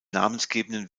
namensgebenden